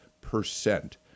percent